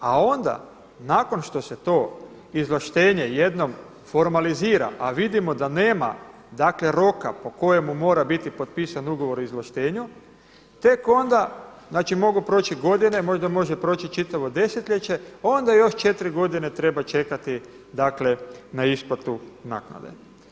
A onda nakon što se to izvlaštenje jednom formalizira, a vidimo da nema dakle roka po kojemu mora biti potpisan Ugovor o izvlaštenju, tek onda znači mogu proći godine, možda može proći čitavo desetljeće onda još 4 godine treba čekati dakle na isplatu naknade.